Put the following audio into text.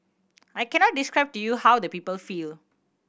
I cannot describe to you how the people feel